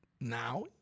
Now